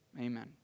Amen